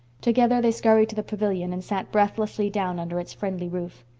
together they scurried to the pavilion and sat breathlessly down under its friendly roof.